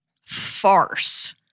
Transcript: farce